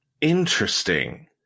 Interesting